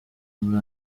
muri